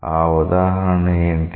ఆ ఉదాహరణ ఏంటి